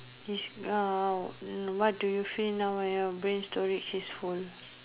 it's uh mm what do you feel now when your brain storage is full